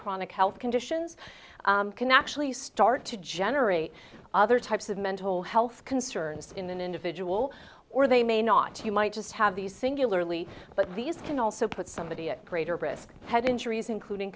chronic health conditions can actually start to generate other types of mental health concerns in an individual or they may not you might just have these singularly but these can also put somebody at greater risk head injuries including